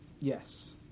Yes